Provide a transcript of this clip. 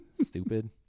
stupid